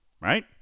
right